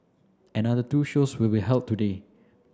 another two shows will be held today